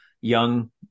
young